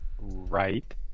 Right